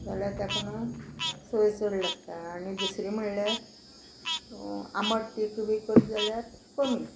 जाल्यार ताका न्हू सोय चड लागता आनी दुसरी म्हणल्यार आमटतीख बी करत जाल्यार कमी